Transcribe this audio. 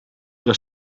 que